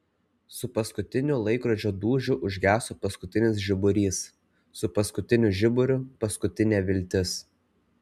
su paskutiniu laikrodžio dūžiu užgeso paskutinis žiburys su paskutiniu žiburiu paskutinė viltis